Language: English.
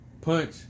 punch